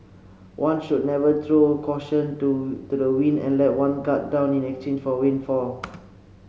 one should never throw caution to to the wind and let one guard down in exchange for a windfall